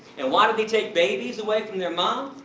and why do they take babies away from their mom?